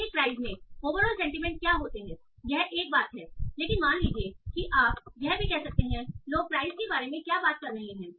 प्रत्येक प्राइस में overall sentiment क्या होते हैं यह एक बात है लेकिन मान लीजिए कि आप यह भी कह सकते हैं लोग प्राइस के बारे में क्या बात कर रहे हैं